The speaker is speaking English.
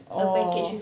orh